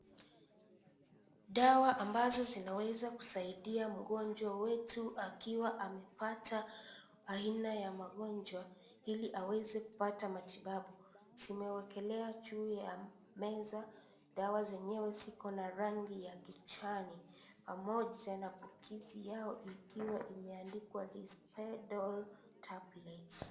Dawa ambazo zinaweza kusaidia mgonjwa wetu akiwa amepata aina ya magonjwa ili aweze kupata matibabu zimewekelewa juu ya meza dawa zenyewe ziko na rangi ya kijani pamoja na bokisi yao ikiwa imeandikwa Rispedal tablet .